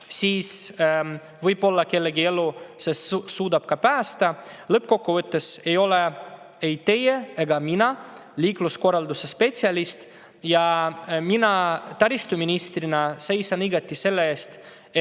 siis võib-olla kellegi elu see suudab päästa. Lõppkokkuvõttes ei ole ei teie ega mina liikluskorraldusspetsialist ja mina taristuministrina seisan igati selle eest, et